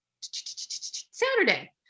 Saturday